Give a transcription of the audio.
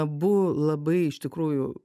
abu labai iš tikrųjų